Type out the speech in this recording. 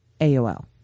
AOL